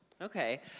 Okay